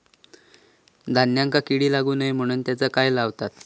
धान्यांका कीड लागू नये म्हणून त्याका काय लावतत?